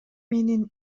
менин